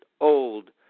old